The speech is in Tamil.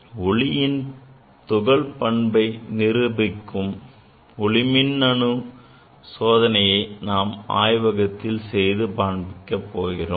எனவே ஒளியின் துகள் பண்பை ஒளி மின்னணு நிருபிக்கும் சோதனையை நாம் ஆய்வகத்தில் செய்து பார்க்கப் போகிறோம்